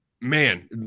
man